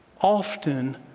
often